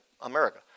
America